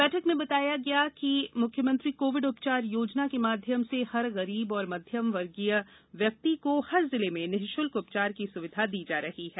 बैठक में बताया गया कि मुख्यमंत्री कोविड उपचार योजना के माध्यम से हर गरीब एवं मध्यम वर्गीय व्यक्ति को हर जिले में निशुल्क उपचार की सुविधा दी जा रही है